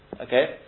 Okay